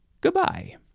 Goodbye